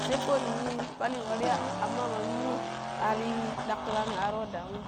sai ko npali warya amma maa kichimom ari ɗaƙƙilanin ar wa damu uwam.